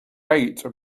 eight